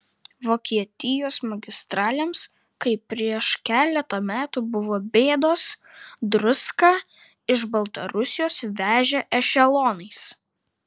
vokietijos magistralėms kai prieš keletą metų buvo bėdos druską iš baltarusijos vežė ešelonais